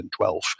2012